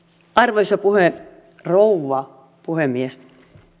arvoisa rouva puhemies